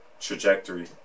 trajectory